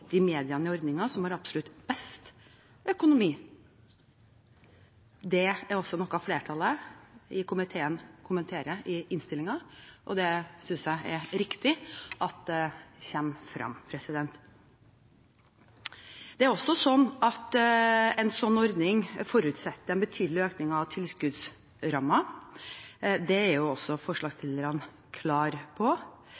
de mediene i ordningen som har absolutt best økonomi. Det er også noe flertallet i komiteen kommenterer i innstillingen, og det synes jeg er riktig at kommer frem. Det er også sånn at en slik ordning forutsetter en betydelig økning av tilskuddsrammen, og det er også